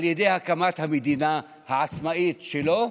על ידי הקמת המדינה העצמאית שלו.